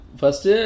first